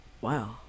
wow